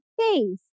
face